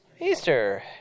Easter